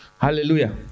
Hallelujah